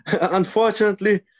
unfortunately